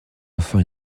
enfin